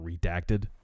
redacted